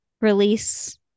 Release